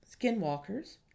Skinwalkers